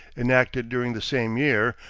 enacted during the same year,